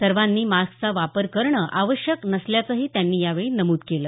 सर्वांनी मास्कचा वापर करणं आवश्यक नसल्याचंही त्यांनी यावेळी नमुद केलं